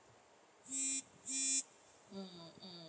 mm mm mm